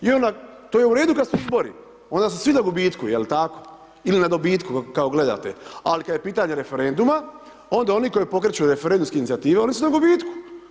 I onda to je u redu kada su izbori, onda su svi na gubitku, jel tako ili na dobitku, kako gledate, ali kada je pitanje referenduma, onda oni koji pokreće referendumske inicijative, oni su na gubitku.